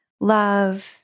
Love